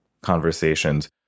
conversations